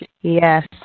Yes